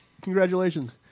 Congratulations